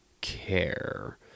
care